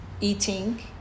eating